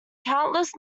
countless